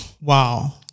wow